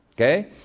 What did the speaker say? Okay